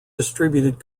distributed